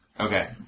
Okay